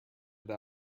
that